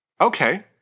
Okay